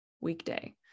weekday